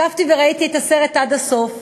ישבתי וראיתי את הסרט עד הסוף,